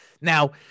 Now